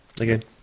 again